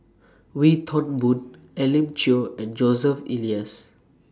Wee Toon Boon Elim Chew and Joseph Elias